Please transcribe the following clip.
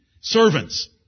Servants